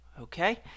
Okay